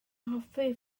hoffi